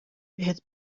بهت